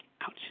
Ouch